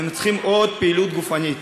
הם צריכים עוד פעילות גופנית,